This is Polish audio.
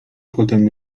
potem